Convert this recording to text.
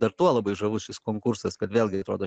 dar tuo labai žavus šis konkursas kad vėlgi atrodo